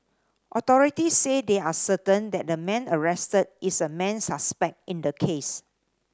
authorities said they are certain that the man arrested is a main suspect in the case